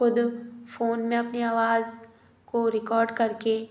खुद फोन में अपनी आवाज़ को रिकॉर्ड करके